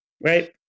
right